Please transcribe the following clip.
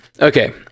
Okay